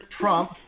trump